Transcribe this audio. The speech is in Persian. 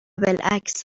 بالعکس